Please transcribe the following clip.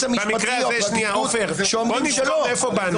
המשפטי או הפרקליטות שאומרים שלא.